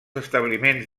establiments